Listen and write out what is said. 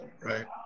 right